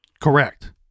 Correct